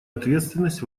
ответственность